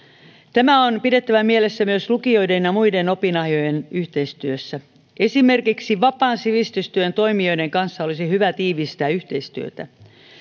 tämä on pidettävä mielessä myös lukioiden ja muiden opinahjojen yhteistyössä esimerkiksi vapaan sivistystyön toimijoiden kanssa olisi hyvä tiivistää yhteistyötä